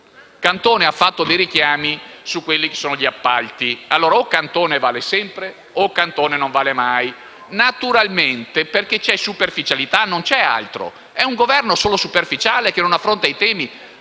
ha fatto dei richiami sugli appalti, e allora: o Cantone vale sempre o Cantone non vale mai. Naturalmente c'è superficialità, non c'è altro. È un Governo solo superficiale che non affronta i temi.